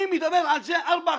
אני מדבר על זה ארבע,